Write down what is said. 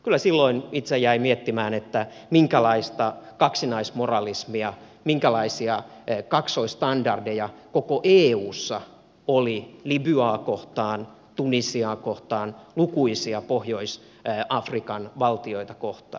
kyllä silloin itse jäi miettimään minkälaista kaksinaismoralismia minkälaisia kaksoisstandardeja koko eussa oli libyaa kohtaan tunisiaa kohtaan lukuisia pohjois afrikan valtioita kohtaan